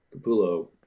Capullo